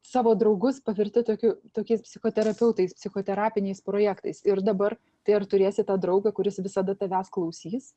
savo draugus paverti tokiu tokiais psichoterapeutais psichoterapiniais projektais ir dabar tai ar turėsi tą draugą kuris visada tavęs klausys